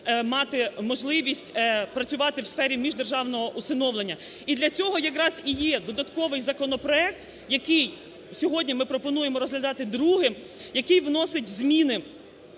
мати можливість працювати в сфері міждержавного усиновлення. І для цього якраз і є додатковий законопроект, який сьогодні ми пропонуємо розглядати другим, який вносить зміни